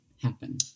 happen